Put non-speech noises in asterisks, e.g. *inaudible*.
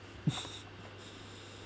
*laughs*